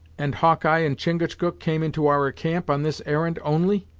and hawkeye and chingachgook came into our camp on this errand, only?